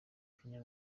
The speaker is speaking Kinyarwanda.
kanye